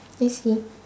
I see